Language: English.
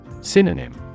Synonym